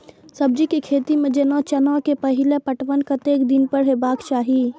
सब्जी के खेती में जेना चना के पहिले पटवन कतेक दिन पर हेबाक चाही?